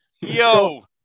Yo